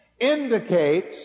indicates